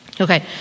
Okay